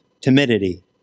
timidity